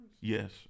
Yes